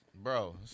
Bro